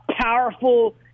powerful